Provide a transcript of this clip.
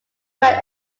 found